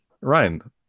ryan